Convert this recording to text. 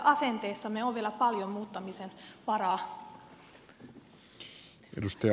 asenteissamme on vielä paljon muuttamisen varaa